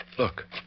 Look